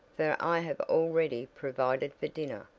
for i have already provided for dinner.